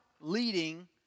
Leading